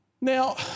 Now